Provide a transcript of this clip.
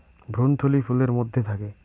ভ্রূণথলি ফুলের মধ্যে থাকে